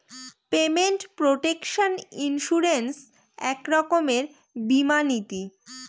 payment protection insurance এক রকমের বীমা নীতি